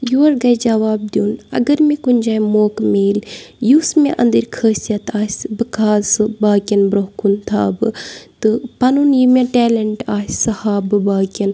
یورٕ گژھہِ جَواب دیُن اگر مےٚ کُنہِ جایہِ موقعہٕ میلہِ یُس مےٚ أنٛدٕرۍ خٲصیت آسہِ بہٕ کھالہٕ سُہ باقیَن برٛونٛہہ کُن تھاو بہٕ تہٕ پَنُن یہِ مےٚ ٹیلیٚنٛٹ آسہِ سُہ ہاوٕ بہٕ باقٕیَن